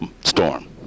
storm